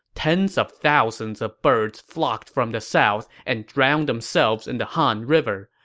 tens of thousands of birds flocked from the south and drowned themselves in the han river.